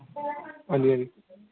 अंजी अंजी